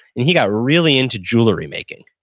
and he got really into jewelry making.